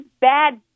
bad